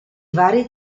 vari